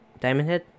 Diamondhead